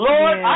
Lord